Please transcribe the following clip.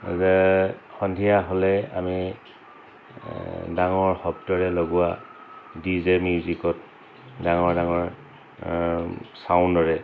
যে সন্ধিয়া হ'লে আমি ডাঙৰ শব্দৰে লগোৱা ডি জে মিউজিকত ডাঙৰ ডাঙৰ চাউণ্ডৰে